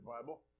Bible